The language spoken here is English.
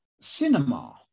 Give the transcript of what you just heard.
Cinema